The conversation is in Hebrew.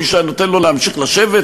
מישהו היה נותן לו להמשיך לשבת,